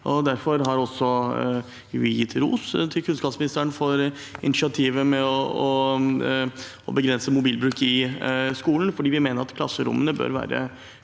vi også gitt ros til kunnskapsministeren for initiativet med å begrense mobilbruk i skolen. Vi mener at klasserommene bør være